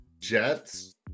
Jets